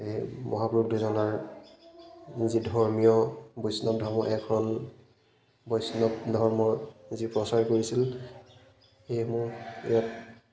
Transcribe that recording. এই মহাপুৰুষ দুজনাৰ যি ধৰ্মীয় বৈষ্ণৱ ধৰ্ম একশৰণ বৈষ্ণৱ ধৰ্মৰ যি প্ৰচাৰ কৰিছিল সেইসমূহ ইয়াত